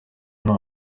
nta